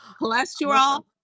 cholesterol